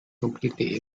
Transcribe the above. completely